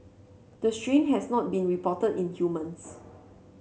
the strain has not been reported in humans